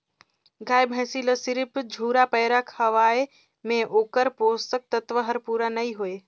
गाय भइसी ल सिरिफ झुरा पैरा खवाये में ओखर पोषक तत्व हर पूरा नई होय